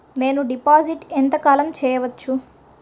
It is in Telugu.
నేను డిపాజిట్ ఎంత కాలం చెయ్యవచ్చు?